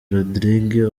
rodrigue